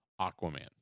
Aquaman